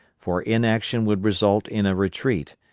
for inaction would result in a retreat,